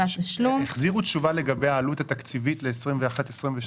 החזירו תשובה לגבי העלות התקציבית לשנים 21 ו-22?